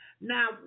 Now